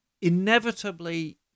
inevitably